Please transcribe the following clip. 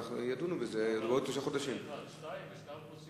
באותה רגע